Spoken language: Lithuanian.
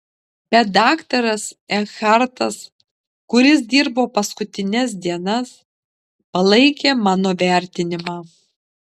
bet daktaras ekhartas kuris dirbo paskutines dienas palaikė mano vertinimą